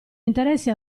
interesse